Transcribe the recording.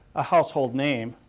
a household name,